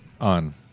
on